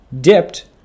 dipped